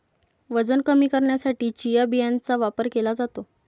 वजन कमी करण्यासाठी चिया बियांचा वापर केला जातो